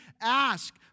Ask